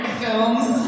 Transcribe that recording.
films